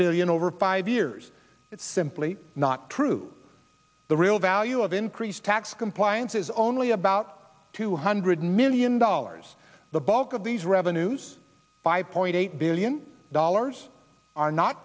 billion over five years it's simply not true the real value of increased tax compliance is only about two hundred million dollars the bulk of these revenues five point eight billion dollars are not